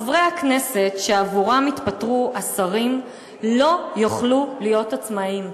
חברי הכנסת שעבורם יתפטרו השרים לא יוכלו להיות עצמאיים.